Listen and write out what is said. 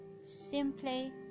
simply